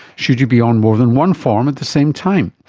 should you be on more than one form at the same time?